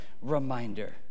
reminder